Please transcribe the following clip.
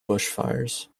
bushfires